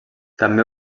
també